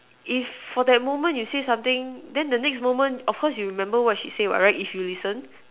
if for that moment you say something then the next moment of course you remember what she say what right if you listen